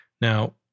Now